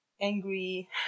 angry